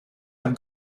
have